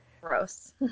gross